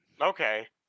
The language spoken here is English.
Okay